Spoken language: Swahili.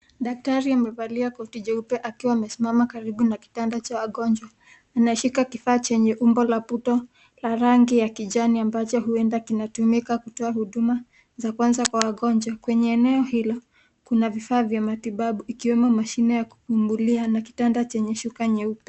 Daktari amevalia koti jeupe akiwa amesimama karibu na kitanda cha wagonjwa. Ameshika kifaa chenye umbo la puto la rangi ya kijani ambacho huenda kinatumika kutoa huduma za kwanza kwa wagonjwa. Kwenye eneo hilo, kuna vifaa vya matibabu ikiwemo mashine ya kupumulia na kitanda cha shuka nyeupe.